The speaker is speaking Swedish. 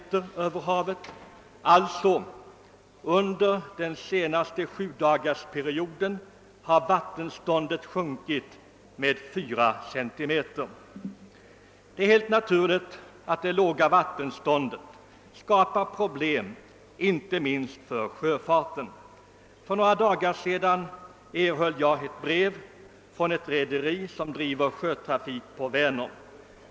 Vattenståndet har alltså under den senaste sjudagarsperioden sjunkit med 4 centimeter. Det är helt naturligt att det låga vattenståndet skapar problem, inte minst för sjöfarten. För några dagar sedan erhöll jag ett brev från ett rederi som driver sjötrafik på Vänern.